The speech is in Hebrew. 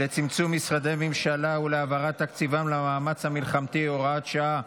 לצמצום משרדי ממשלה ולהעברת תקציבם למאמץ המלחמתי (הוראת שעה,